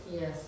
Yes